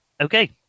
okay